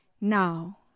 now